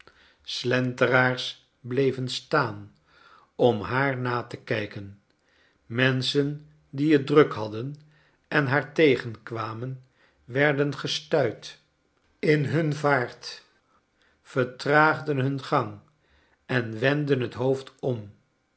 slcnteraars bleven staan om haar na te kijken menschen die het druk hadden en haar tegenkwamen werden gestuit in him vaart vertraagden hun gang en wendden het hoofd om